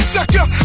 Sucker